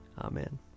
Amen